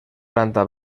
planta